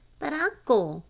but, uncle,